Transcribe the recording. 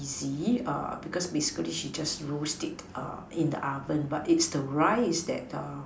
easy err because basically she just roast it err in the oven but is the rice that err